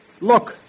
look